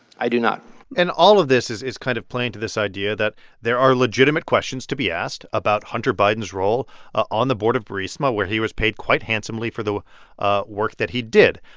i do not and all of this is is kind of playing to this idea that there are legitimate questions to be asked about hunter biden's role on the board of burisma, where he was paid quite handsomely for the ah work that he did.